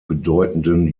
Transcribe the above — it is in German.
bedeutenden